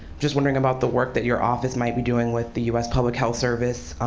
just wondering about the work that your office might be doing with the us public health service,